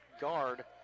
guard